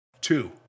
two